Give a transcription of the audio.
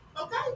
Okay